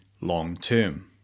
long-term